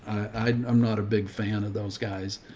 i'm not a big fan of those guys,